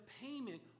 payment